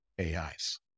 AIs